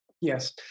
Yes